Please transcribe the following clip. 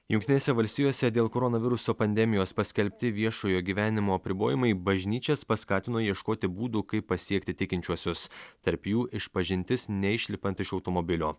jungtinėse valstijose dėl koronaviruso pandemijos paskelbti viešojo gyvenimo apribojimai bažnyčias paskatino ieškoti būdų kaip pasiekti tikinčiuosius tarp jų išpažintis neišlipant iš automobilio